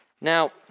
Now